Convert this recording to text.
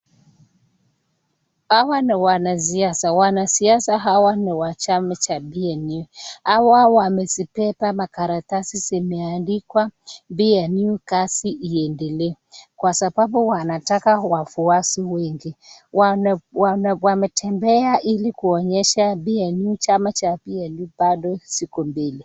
Hawa ni wanasiasa. Wanasiasa hawa ni wa chama cha PNU. Hawa wamezibeba makaratasi zimeandikwa PNU kazi iendelee. Kwa sababu wanataka wafuasi wengi. Wametembea ili kuonyesha PNU chama cha PNU bado ziko mbele.